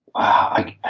i